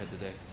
today